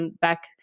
back